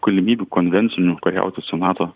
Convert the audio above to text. galimybių konvencinių kariauti su nato